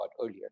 earlier